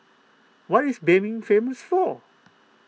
what is Benin famous for